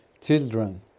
children